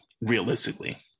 realistically